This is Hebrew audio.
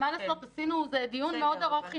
מה לעשות, זה דיון מאוד ארוך.